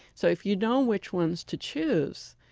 so if you know which ones to choose,